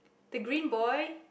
the green boy